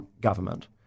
government